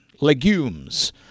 legumes